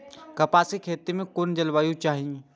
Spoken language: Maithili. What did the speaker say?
कपास के खेती में कुन जलवायु चाही?